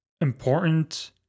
important